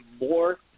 more